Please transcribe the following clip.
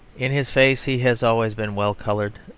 in his face he has always been well-coloured.